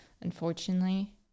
unfortunately